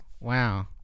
Wow